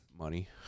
Money